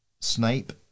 Snape